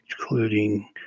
including